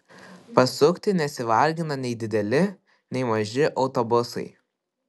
pasukti nesivargina nei dideli nei maži autobusai